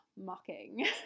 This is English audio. mocking